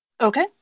okay